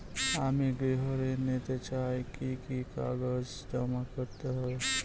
আমি গৃহ ঋণ নিতে চাই কি কি কাগজ জমা করতে হবে?